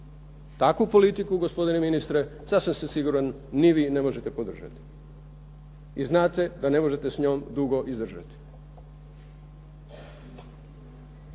Takvu politiku gospodine ministre sasvim sam siguran ni vi ne možete podržati. I znate da ne možete s njom dugo izdržati.